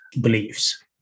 beliefs